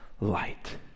light